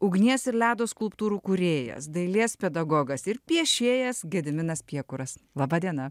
ugnies ir ledo skulptūrų kūrėjas dailės pedagogas ir piešėjas gediminas piekuras laba diena